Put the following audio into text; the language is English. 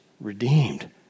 redeemed